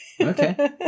Okay